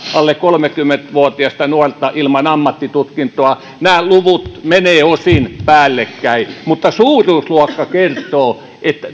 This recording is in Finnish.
alle kolmekymmentä vuotiasta nuorta ilman ammattitutkintoa nämä luvut menevät osin päällekkäin mutta suuruusluokka kertoo että